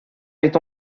est